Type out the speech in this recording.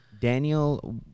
Daniel